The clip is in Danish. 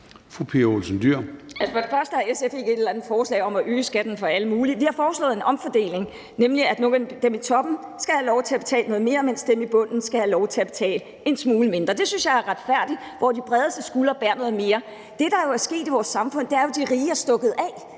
Pia Olsen Dyhr (SF): Først vil jeg sige, at SF ikke har et eller andet forslag om at øge skatten for alle mulige. Vi har foreslået en omfordeling, nemlig at nogle af dem i toppen skal have lov til at betale noget mere, mens dem i bunden skal have lov til at betale en smule mindre. Det synes jeg er retfærdigt, altså at de bredeste skuldre bærer noget mere. Det, der er sket i vores samfund, er jo, at de rige er stukket af.